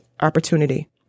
opportunity